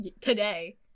today